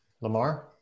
Lamar